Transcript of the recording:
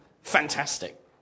Fantastic